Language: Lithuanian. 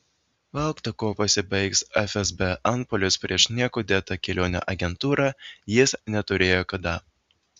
laukti kuo pasibaigs fsb antpuolis prieš niekuo dėtą kelionių agentūrą jis neturėjo kada